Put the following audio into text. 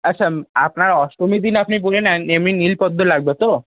আচ্ছা আপনার অষ্টমীর দিন আপনি গুনে নেন এমনি নীলপদ্ম লাগবে তো